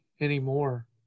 anymore